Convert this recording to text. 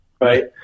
right